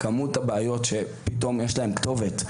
כמות הבעיות שפתאום יש להם כתובת,